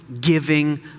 giving